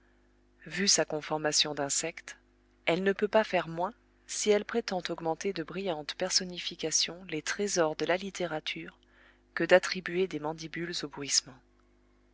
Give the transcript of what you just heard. vu sa conformation d'insecte elle ne peut pas faire moins si elle prétend augmenter de brillantes personnifications les trésors de la littérature que d'attribuer des mandibules